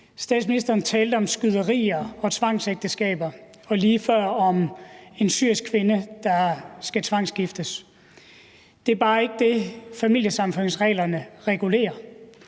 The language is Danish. statsministeren talte om skyderier og tvangsægteskaber og lige før om en syrisk kvinde, der skal tvangsgiftes. Det er bare ikke det, familiesammenføringsreglerne regulerer,